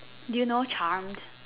do you know charmed